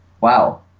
Wow